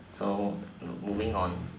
so moving on